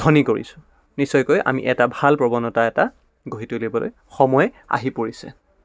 ধ্বনি কৰিছোঁ নিশ্চয়কৈ আমি এটা ভাল প্ৰৱণতা এটা গঢ়ি তুলিবলৈ সময় আহি পৰিছে